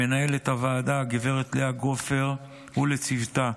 למנהלת הוועדה גב' לאה גופר ולצוותה,